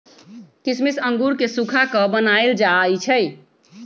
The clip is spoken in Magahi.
किशमिश अंगूर के सुखा कऽ बनाएल जाइ छइ